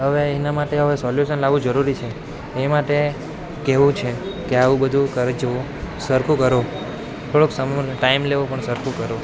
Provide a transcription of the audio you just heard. હવે એના માટે હવે સોલ્યુસન લાવવું જરૂરી છે એ માટે કહેવું છે કે આવું બધું કરજો સરખું કરો થોડોક સમય ટાઈમ લો પણ સરખું કરો